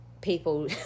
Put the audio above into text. people